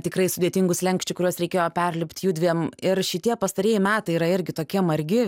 tikrai sudėtingų slenksčių kuriuos reikėjo perlipt judviem ir šitie pastarieji metai yra irgi tokie margi